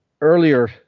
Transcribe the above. earlier